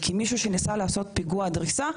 כמישהו שניסה לעשות פיגוע דריסה,